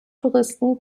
touristen